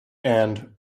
and